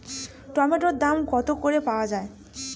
টমেটোর দাম কত করে পাওয়া যায়?